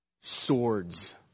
Swords